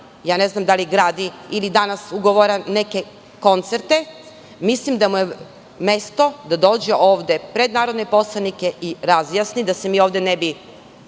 ne znam da li gradi ili danas ugovara neke koncerte, mislim da mu je mesto da dođe ovde pred narodne poslanike i razjasni, da se mi ovde ne bi